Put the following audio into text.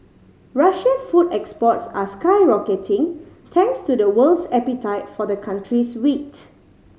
Russian food exports are skyrocketing thanks to the world's appetite for the country's wheat